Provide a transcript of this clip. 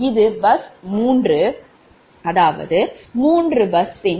இது பஸ் 3 0